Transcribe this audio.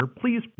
please